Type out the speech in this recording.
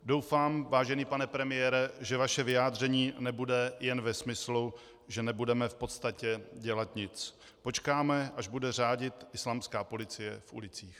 Doufám, vážený pane premiére, že vaše vyjádření nebude jen ve smyslu, že nebudeme v podstatě dělat nic, počkáme, až bude řádit islámská policie v ulicích.